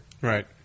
right